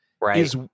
right